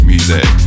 Music